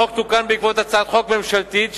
החוק תוקן בעקבות הצעת חוק ממשלתית,